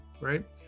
right